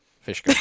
Fish